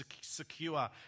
secure